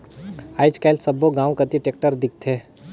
आएज काएल सब्बो गाँव कती टेक्टर दिखथे